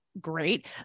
great